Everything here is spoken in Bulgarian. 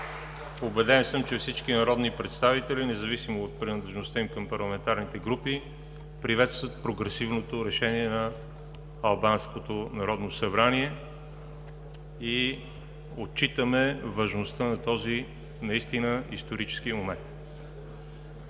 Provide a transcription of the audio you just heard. Убеден съм, че всички народни представители, независимо от принадлежността им към парламентарните групи, приветстват прогресивното решение на албанското Народно събрание и отчитаме важността на този наистина исторически момент.